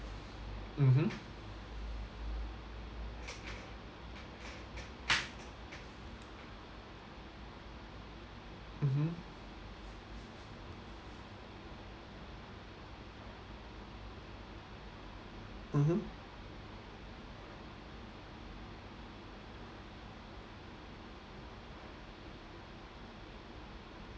mmhmm mmhmm mmhmm